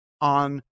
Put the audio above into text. on